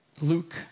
Luke